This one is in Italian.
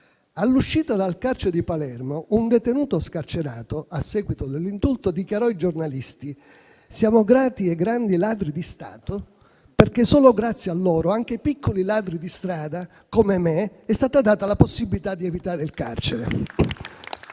All'uscita dal carcere di Palermo, un detenuto scarcerato a seguito dell'indulto dichiarò ai giornalisti: siamo grati ai grandi ladri di Stato, perché solo grazie a loro anche ai piccoli ladri di strada come me è stata data la possibilità di evitare il carcere.